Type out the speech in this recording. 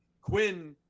Quinn